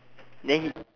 then he